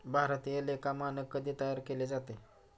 भारतीय लेखा मानक कधी तयार केले जाते?